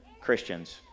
Christians